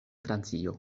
francio